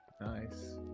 Nice